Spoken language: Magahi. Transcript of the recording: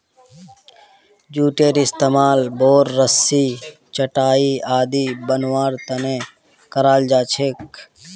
जूटेर इस्तमाल बोर, रस्सी, चटाई आदि बनव्वार त न कराल जा छेक